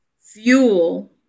fuel